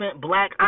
black